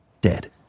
dead